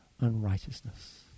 unrighteousness